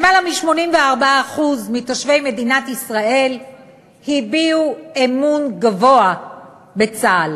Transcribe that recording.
למעלה מ-84% מתושבי מדינת ישראל הביעו אמון גבוה בצה"ל.